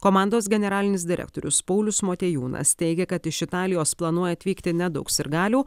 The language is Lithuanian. komandos generalinis direktorius paulius motiejūnas teigia kad iš italijos planuoja atvykti nedaug sirgalių